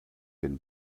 been